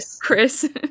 chris